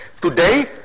today